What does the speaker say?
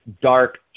dark